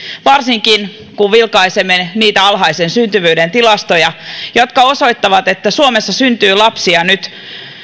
varsinkin kun vilkaisemme niitä alhaisen syntyvyyden tilastoja jotka osoittavat että suomessa syntyy lapsia nyt